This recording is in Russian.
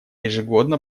ежегодно